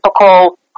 typical